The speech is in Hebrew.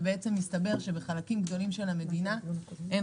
ובעצם מסתבר שבחלקים גדולים של המדינה אין